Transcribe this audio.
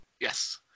Yes